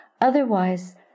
otherwise